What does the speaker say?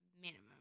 minimum